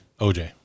OJ